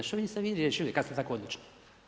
Što niste vi riješili, kad ste tako odlučni?